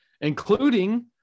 including